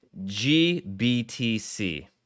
gbtc